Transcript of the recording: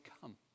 come